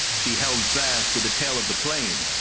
she held fast to the tail of the plane,